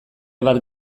bat